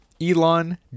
Elon